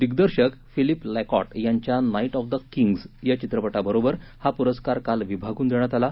दिग्दर्शक फिलीप लक्षिट यांच्या नाइट ऑफ द किंग्स या चित्रपटाबरोबर हा पुरस्कार काल विभागून देण्यात आला